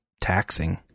taxing